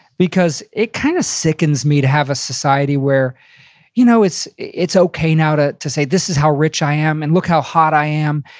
because it kinda kind of sickens me to have a society where you know it's it's okay now to to say, this is how rich i am. and look how hot i am.